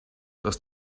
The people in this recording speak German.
dass